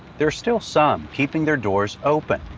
there are still some keeping their doors open.